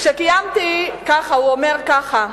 הוא אומר כך: